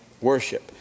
worship